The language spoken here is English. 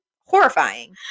horrifying